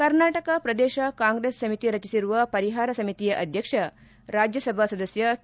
ಕರ್ನಾಟಕ ಪ್ರದೇಶ ಕಾಂಗ್ರೆಸ್ ಸಮಿತಿ ರಚಿಸಿರುವ ಪರಿಹಾರ ಸಮಿತಿಯ ಅಧ್ಯಕ್ಷ ರಾಜ್ಯಸಭಾ ಸದಸ್ನ ಕೆ